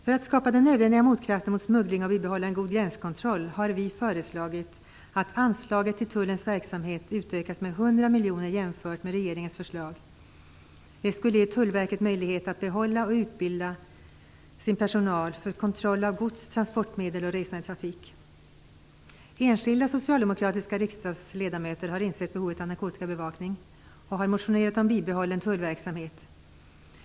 För att skapa den nödvändiga kraften mot smuggling och bibehålla en god gränskontroll har vi föreslagit att anslaget till tullens verksamhet utökas med 100 miljoner jämfört med regeringens förslag. Det skulle ge Tullverket möjlighet att behålla och utbilda sin personal för kontroll av gods, transportmedel och resandetrafik. Enskilda socialdemokratiska riksdagsledamöter har insett behovet av narkotikabevakning och har motionerat om en bibehållen tullverksamhet.